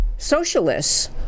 Socialists